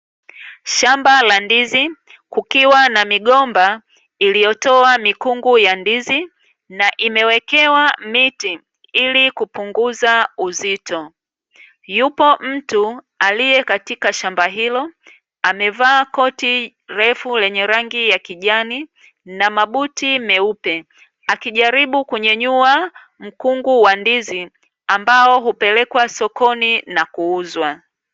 Shamba la ndizi, kukiwa na migomba iliyotoa mikungu ya ndizi na imewekewa miti ili kupunguza uzito. Yuko mtu aliye katika shamba hilo amevaa koti refu lenye rangi ya kijani na mabuti meupe akijaribu kunyanyua mkungu wa ndizi ambao hupelekwa sokoni na kuuzwa.